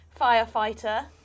Firefighter